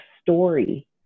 story